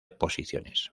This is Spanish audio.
posiciones